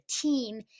team